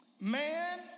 Man